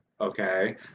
okay